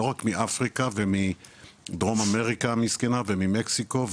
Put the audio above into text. לא רק מאפריקה ומדרום אמריקה המסכנה וממקסיקו,